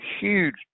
huge